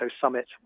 summit